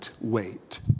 wait